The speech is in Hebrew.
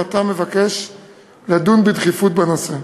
ואתה מבקש לדון בדחיפות בנושא.